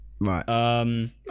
Right